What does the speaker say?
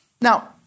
Now